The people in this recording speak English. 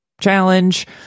challenge